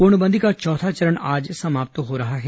पूर्णबंदी का चौथा चरण आज समाप्त हो रहा है